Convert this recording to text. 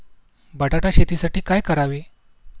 बटाटा शेतीसाठी काय करावे?